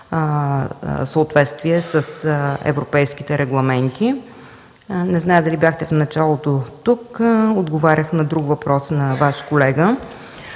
съответствие с европейските регламенти. Не зная дали бяхте в началото тук, когато отговарях на друг въпрос на Ваш колега.